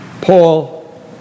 Paul